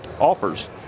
offers